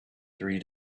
three